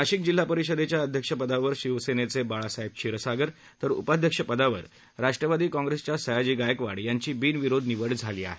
नाशिक जिल्हा परिषदेच्या अध्यक्षपदी शिवसेनेचे बाळासाहेब क्षीरसागर तर उपाध्यक्षपदी राष्ट्रवादी कॉंग्रेसचे सयाजी गायकवाड यांची बिनविरोध निवड झाली आहे